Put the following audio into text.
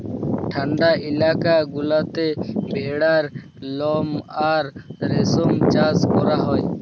ঠাল্ডা ইলাকা গুলাতে ভেড়ার লম আর রেশম চাষ ক্যরা হ্যয়